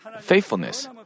faithfulness